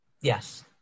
Yes